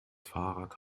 fahrrad